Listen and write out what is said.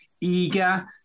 eager